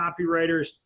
copywriters